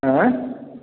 हैं